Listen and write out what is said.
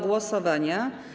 głosowania.